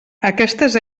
aquestes